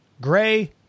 gray